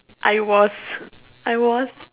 I was I was